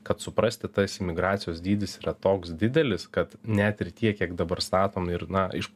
kad suprasti tas imigracijos dydis yra toks didelis kad net ir tiek kiek dabar statomi ir na iš